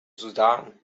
sudan